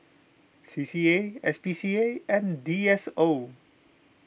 C C A S P C A and D S O